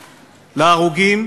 להרוגים,